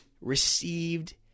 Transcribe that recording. received